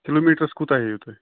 کِلوٗمیٖٹرَس کوٗتاہ ہٮ۪یُو تُہۍ